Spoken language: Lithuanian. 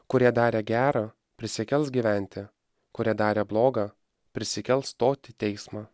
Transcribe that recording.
kurie darė gera prisikels gyventi kurie darė bloga prisikels stot į teismą